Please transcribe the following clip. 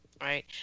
right